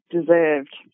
deserved